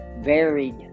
varied